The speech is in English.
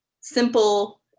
simple